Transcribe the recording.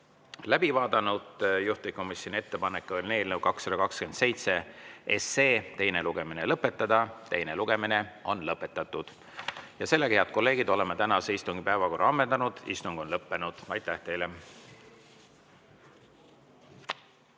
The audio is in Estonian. läbi vaadanud. Juhtivkomisjoni ettepanek on eelnõu 227 teine lugemine lõpetada. Teine lugemine on lõpetatud. Head kolleegid, oleme tänase istungi päevakorra ammendanud. Istung on lõppenud. Aitäh teile!